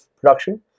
production